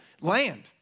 land